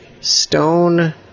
stone